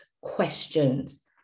questions